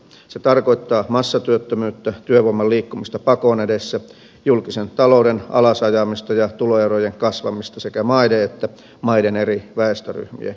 se tarkoittaa massatyöttömyyttä työvoiman liikkumista pakon edessä julkisen talouden alas ajamista ja tuloerojen kasvamista sekä maiden että maiden eri väestöryhmien välillä